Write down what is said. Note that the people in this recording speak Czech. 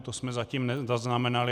To jsme zatím nezaznamenali.